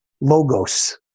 logos